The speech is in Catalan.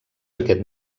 aquest